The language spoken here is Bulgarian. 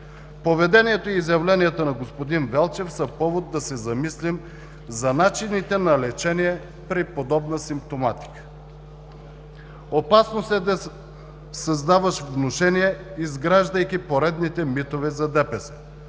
Поведението и изявленията на господин Велчев са повод да се замислим за начините на лечение при подобна симптоматика. Опасност е да създаваш внушение, изграждайки поредните митове за ДПС,